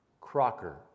Crocker